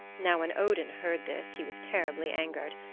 now when odin heard this he was terribly angered,